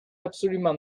absolument